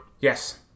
Yes